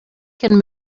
can